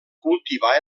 cultivar